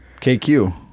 KQ